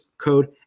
code